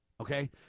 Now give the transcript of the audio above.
okay